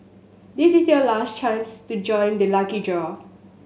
this is your last chance to join the lucky draw